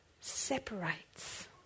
separates